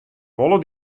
wolle